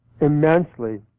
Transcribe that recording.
immensely